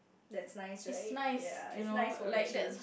that's nice right ya it's nice for a change